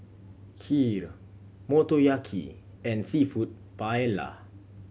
Kheer Motoyaki and Seafood Paella